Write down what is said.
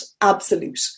absolute